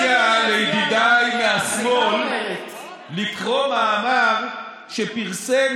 אני מציע לידידיי מהשמאל לקרוא מאמר שפרסם